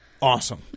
awesome